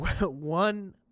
One